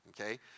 okay